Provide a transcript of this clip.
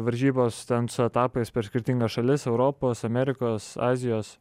varžybos ten su etapais per skirtingas šalis europos amerikos azijos